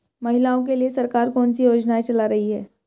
महिलाओं के लिए सरकार कौन सी योजनाएं चला रही है?